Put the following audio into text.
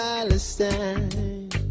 Palestine